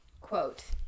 Quote